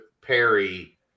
Perry